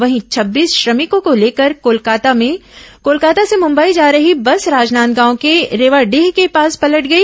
वहीं छब्बीस श्रमिकों को लेकर कोलकाता से मुंबई जा रही बस राजनांदगांव के रेवाडीह के पास पलट गई